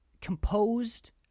composed